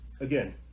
again